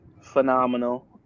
phenomenal